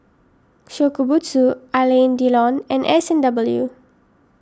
Shokubutsu Alain Delon and S and W